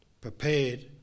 prepared